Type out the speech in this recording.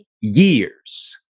years